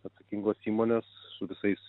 atsakingos įmonės su visais